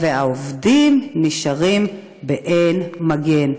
והעובדים נשארים באין מגן.